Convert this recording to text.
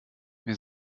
wir